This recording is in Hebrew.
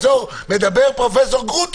יש לנו מערכת שמצליבה מקומות